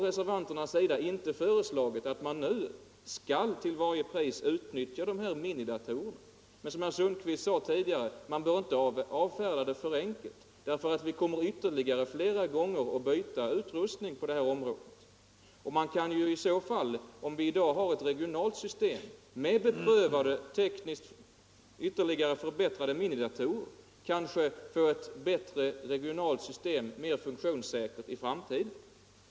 Reservanterna har inte föreslagit att man nu till varje pris skall utnyttja minidatorer. Men, som herr Sundkvist sade tidigare, man bör inte avfärda det förslaget alltför enkelt, för vi kommer flera gånger att byta utrustning på detta område. Om vi i dag hade ett regionalt system med beprövade, tekniskt ytterligare förbättrade minidatorer kunde vi kanske få ett ännu bättre och mer funktionssäkert regionalt system i framtiden.